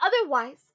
otherwise